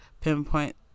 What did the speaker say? pinpoint